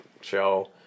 show